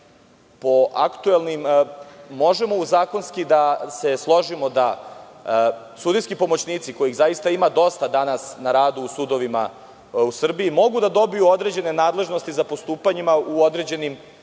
možemo u zakonski da se složimo da sudijski pomoćnici, kojih zaista ima dosta danas na radu u sudovima u Srbiji, mogu da dobiju određene nadležnosti za postupanja u određenim